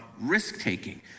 risk-taking